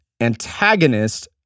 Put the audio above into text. antagonist